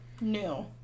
New